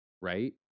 right